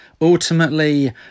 Ultimately